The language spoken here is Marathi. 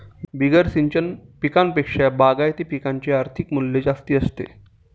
बिगर सिंचन पिकांपेक्षा बागायती पिकांचे आर्थिक मूल्य जास्त असते